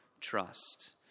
Trust